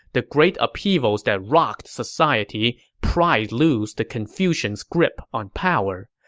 the great upheavals that rocked society pried loose the confucians' grip on power.